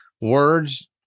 words